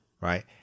right